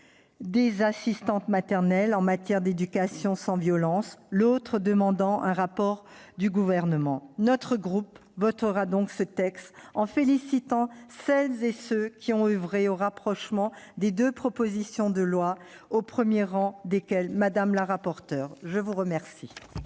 des assistantes maternelles en matière d'éducation sans violence, l'autre la remise d'un rapport par le Gouvernement. Notre groupe votera ce texte, en félicitant celles et ceux qui ont oeuvré au rapprochement des deux propositions de loi, au premier rang desquels Mme la rapporteure. La parole